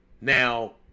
Now